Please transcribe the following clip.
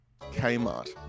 Kmart